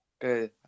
Good